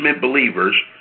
believers